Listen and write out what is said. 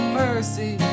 mercy